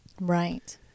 Right